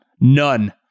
None